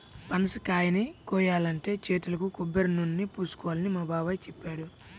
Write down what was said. పనసకాయని కోయాలంటే చేతులకు కొబ్బరినూనెని పూసుకోవాలని మా బాబాయ్ చెప్పాడు